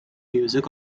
music